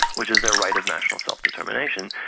which is their right of national self-determination,